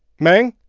meng?